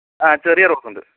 ആ ചെറിയ റോസുണ്ട്